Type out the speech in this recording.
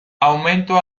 aumento